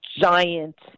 giant